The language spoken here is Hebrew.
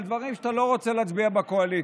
דברים שאתה לא רוצה להצביע בקואליציה,